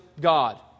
God